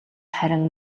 харин